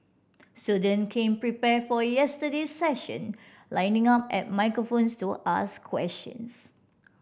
student came prepared for yesterday's session lining up at microphones to ask questions